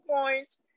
coins